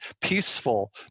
peaceful